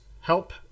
Help